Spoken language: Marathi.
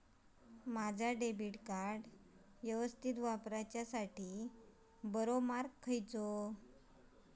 माजा डेबिट कार्ड यवस्तीत वापराच्याखाती बरो मार्ग कसलो?